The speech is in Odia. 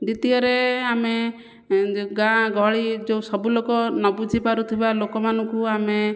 ଦ୍ଵିତୀୟରେ ଆମେ ଗାଁଗହଳି ଯେଉଁ ସବୁ ଲୋକ ନ ବୁଝିପାରୁଥିବା ଲୋକମାନଙ୍କୁ ଆମେ